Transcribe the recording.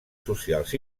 socials